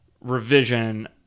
revision